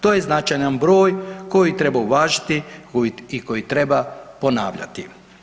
To je značajan broj koji treba uvažiti i koji treba ponavljati.